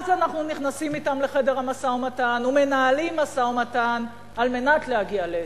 אנחנו נכנסים אתם לחדר המשא-ומתן ומנהלים משא-ומתן כדי להגיע להסדר.